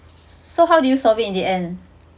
so how do you solve it in the end